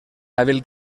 hàbil